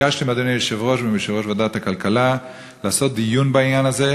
ביקשתי מאדוני היושב-ראש ומיושב-ראש ועדת הכלכלה לעשות דיון בעניין הזה,